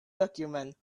document